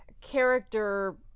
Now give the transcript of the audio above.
character